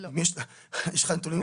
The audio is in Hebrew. יש לך נתונים הפוכים?